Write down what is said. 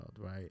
right